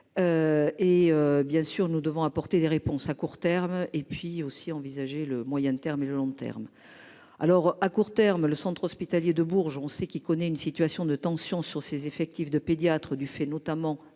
Et bien sûr nous devons apporter des réponses à court terme et puis aussi envisager le moyen terme et le long terme. Alors à court terme, le centre hospitalier de bourgeons sait qui connaît une situation de tension sur ses effectifs de pédiatres, du fait notamment